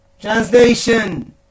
Translation